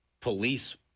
police